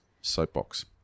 SOAPBOX